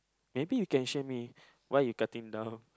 maybe you can share me why you cutting down